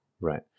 Right